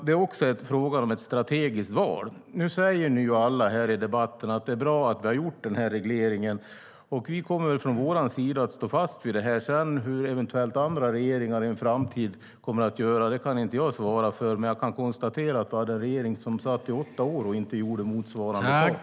Det är också fråga om ett strategiskt val. Nu säger alla i debatten här att det är bra att vi har gjort regleringen. Och vi kommer att stå fast vid den. Hur andra regeringar kommer att göra i framtiden kan jag inte svara för, men jag kan konstatera att vi hade en regering som satt i åtta år och inte gjorde motsvarande sak.